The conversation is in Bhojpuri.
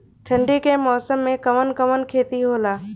ठंडी के मौसम में कवन कवन खेती होला?